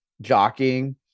jockeying